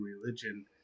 religion